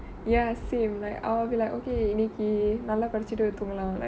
ya same like I'll be like okay இன்னிக்கு நல்லா படிச்சுட்டு போய் தூங்கலாம்:innikki nalla padichittu poi thoogelam like